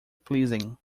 pleasing